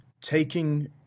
taking